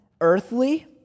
earthly